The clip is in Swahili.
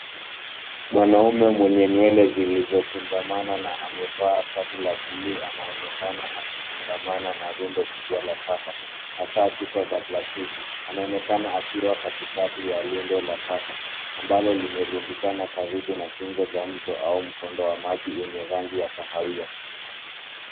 Mwanaume mwenye nywele zilizokunjamana na amevaa shati la buluu anaonekana akitangamana na rundo kubwa la taka hasa chupa za plastiki. Anaonekana akiwa katikati ya rundo la taka ambalo limerundikana karibu na kingo za mto au mkondo wa maji wenye rangi ya kahawia.